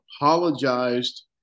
apologized